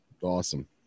Awesome